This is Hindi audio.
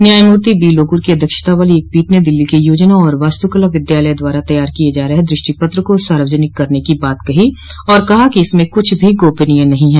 न्यायमूर्ति बीलोकुर की अध्यक्षता वाली एक पीठ ने दिल्ली के योजना और वास्तुकला विद्यालय द्वारा तैयार किये जा रहे दृष्टि पत्र को सार्वजनिक करने की बात कही और कहा कि इसमें कुछ भी गोपनीय नहीं है